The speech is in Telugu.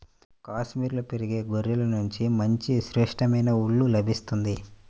కాశ్మీరులో పెరిగే గొర్రెల నుంచి మంచి శ్రేష్టమైన ఊలు లభిస్తుంది